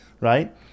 Right